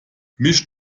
misch